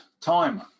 time